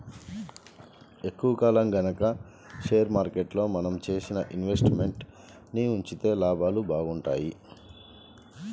ఎక్కువ కాలం గనక షేర్ మార్కెట్లో మనం చేసిన ఇన్వెస్ట్ మెంట్స్ ని ఉంచితే లాభాలు బాగుంటాయి